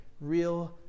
real